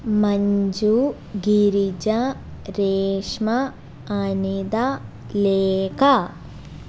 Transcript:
Manju Girija Reshma Anita Lekha